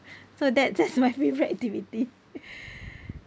so that that's my favourite activity